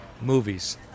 Movies